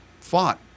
fought